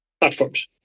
platforms